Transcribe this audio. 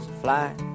fly